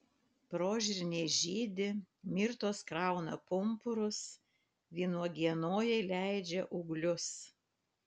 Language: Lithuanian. prožirniai žydi mirtos krauna pumpurus vynuogienojai leidžia ūglius